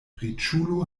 riĉulo